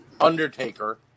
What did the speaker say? Undertaker